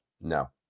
No